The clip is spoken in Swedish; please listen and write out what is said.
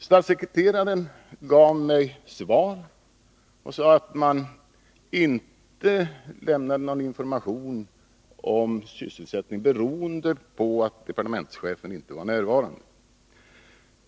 Statssekreteraren gav mig svar och sade att man inte lämnade någon information om sysselsättningen beroende på att departementschefen inte var närvarande.